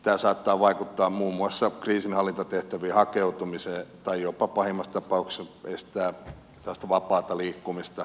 tämä saattaa vaikuttaa muun muassa kriisinhallintatehtäviin hakeutumiseen tai jopa pahimmassa tapauk sessa estää tällaista vapaata liikkumista